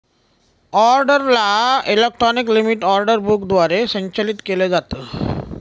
ऑर्डरला electronic limit order book द्वारे संचालित केलं जातं